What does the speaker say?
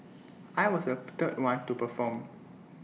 I was the third one to perform